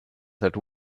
that